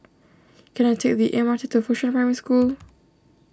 can I take the M R T to Fengshan Primary School